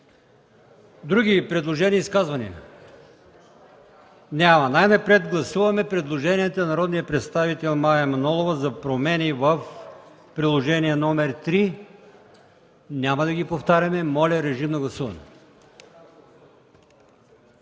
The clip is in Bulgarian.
други предложения и изказвания? Няма. Най-напред гласуваме предложенията на народния представител Мая Манолова за промени в Приложение № 3, няма да ги повтаряме. ДОКЛАДЧИК МАЯ